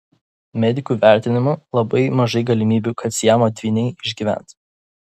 medikų vertinimu labai mažai galimybių kad siamo dvyniai išgyvens